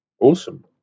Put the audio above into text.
awesome